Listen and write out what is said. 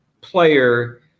player